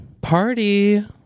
party